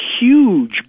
huge